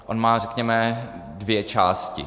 On má, řekněme, dvě části.